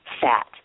fat